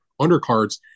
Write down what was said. undercards